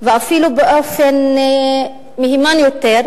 ואפילו באופן מהימן יותר,